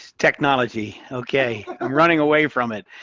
technology. okay. i'm running away from it.